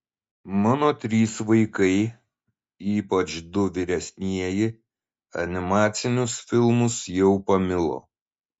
mano trys vaikai ypač du vyresnieji animacinius filmus jau pamilo